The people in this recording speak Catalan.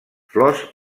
flors